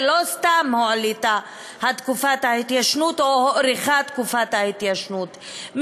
ולא סתם הועלתה תקופת ההתיישנות או הוארכה תקופת ההתיישנות,